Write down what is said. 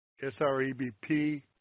SREBP